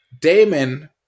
Damon